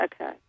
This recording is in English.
okay